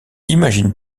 imagine